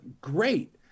great